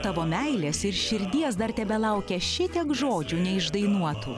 tavo meilės ir širdies dar tebelaukia šitiek žodžių neišdainuotų